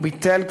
הוא ביטל,